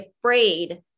afraid